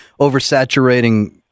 oversaturating